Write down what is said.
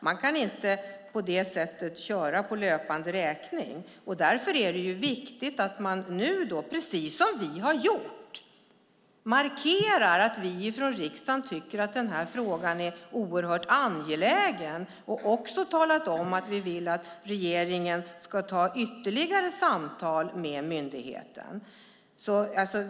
Man kan inte på det sättet köra på löpande räkning. Därför är det viktigt att man nu, precis som vi har gjort, markerar att vi från riksdagen tycker att den här frågan är oerhört angelägen. Vi har talat om att vi vill att regeringen ska ha ytterligare samtal med myndigheten.